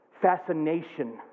fascination